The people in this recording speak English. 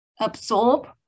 absorb